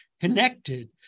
connected